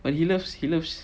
and he loves he loves